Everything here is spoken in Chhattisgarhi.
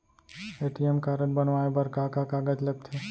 ए.टी.एम कारड बनवाये बर का का कागज लगथे?